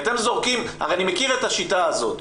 הרי אני מכיר את השיטה הזאת,